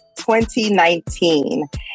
2019